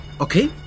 okay